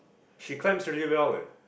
she climbs really well eh